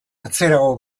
atzerago